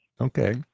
Okay